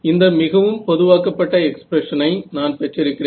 இந்த மிகவும் பொது வாக்கப்பட்ட எக்ஸ்பிரஷனை நான் பெற்றிருக்கிறேன்